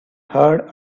heard